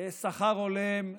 שכר הולם,